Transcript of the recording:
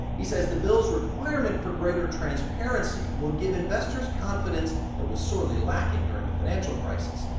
he says the bill's requirement for greater transparency will give investors confidence that was sorely lacking during the financial crisis.